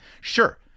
sure